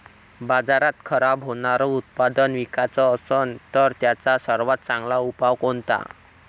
बाजारात खराब होनारं उत्पादन विकाच असन तर त्याचा सर्वात चांगला उपाव कोनता?